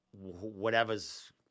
whatever's